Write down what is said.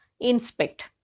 Inspect